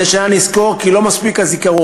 מדי שנה נזכור כי לא מספיק הזיכרון,